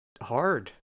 hard